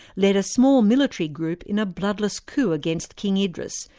led a small military group in a bloodless coup against king idris,